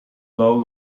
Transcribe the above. low